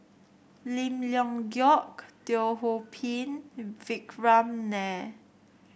Lim Leong Geok Teo Ho Pin Vikram Nair